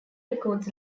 records